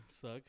Suck